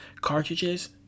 cartridges